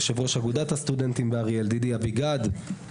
יושב-ראש אגודת הסטודנטים באריאל ידידיה אביגד.